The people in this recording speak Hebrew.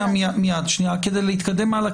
כדי להתקדם הלאה,